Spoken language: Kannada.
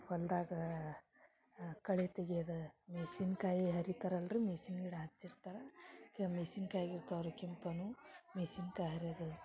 ಹೊಲ್ದಾಗ ಕಳಿ ತೆಗಿಯೋದು ಮೆನ್ಸಿನ ಕಾಯಿ ಹರಿತಾರೆ ಅಲ್ಲಾ ರೀ ಮೆನ್ಸಿನ ಗಿಡ ಹಚಿರ್ತಾರೆ ಕೆ ಮೆನ್ಸಿನ ಕಾಯಿ ಇರ್ತಾವು ರೀ ಕೆಂಪನ್ನು ಮೆನ್ಸಿನ ಕಾಯಿ ಹರಿಯೋದು